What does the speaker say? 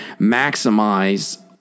maximize